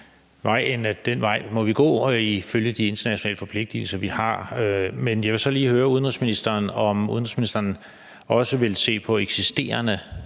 den vej må vi gå, også ifølge de internationale forpligtigelser, vi har. Men jeg vil så lige høre udenrigsministeren, om udenrigsministeren også vil se på eksisterende